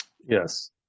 yes